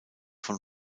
von